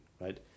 right